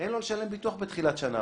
אין לו לשלם ביטוח בתחילת שנה,